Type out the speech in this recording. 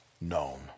known